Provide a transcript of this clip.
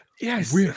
yes